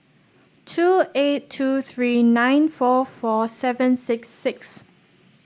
two eight two three nine four four seven six six